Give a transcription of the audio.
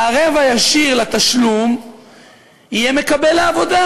והערב הישיר לתשלום יהיה מקבל העבודה.